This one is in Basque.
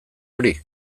hori